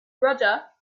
roger